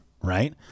Right